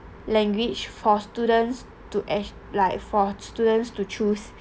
language for students to add like for students to choose